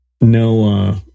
no